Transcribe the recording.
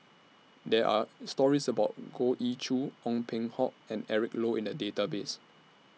There Are stories about Goh Ee Choo Ong Peng Hock and Eric Low in The Database